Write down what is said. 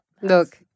Look